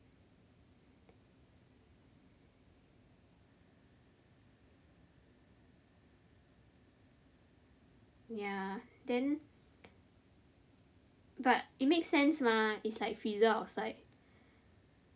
ya then but it make sense mah it's like freezer outside